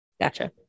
Gotcha